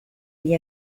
gli